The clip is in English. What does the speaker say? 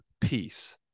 peace